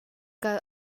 kal